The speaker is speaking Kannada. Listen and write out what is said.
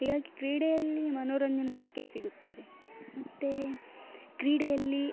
ಹೀಗಾಗಿ ಕ್ರೀಡೆಯಲ್ಲಿ ಮನೋರಂಜನೆ ಸಿಕ್ಕೇ ಸಿಗುತ್ತದೆ ಮತ್ತು ಕ್ರೀಡೆಯಲ್ಲಿ